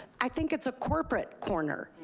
i think it's a corporate corner,